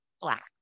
black